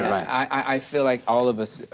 i feel like all of us,